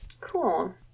Cool